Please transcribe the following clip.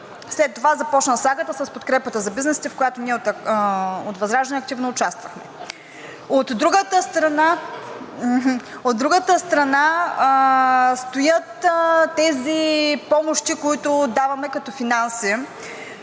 След това започна сагата с подкрепата за бизнесите, в която ние от ВЪЗРАЖДАНЕ активно участвахме. От другата страна стоят тези помощи, които даваме като финанси,